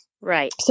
Right